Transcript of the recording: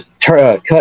cut